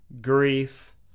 grief